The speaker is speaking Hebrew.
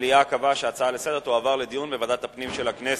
המליאה קבעה שההצעה לסדר-היום תועבר לדיון בוועדת הפנים של הכנסת.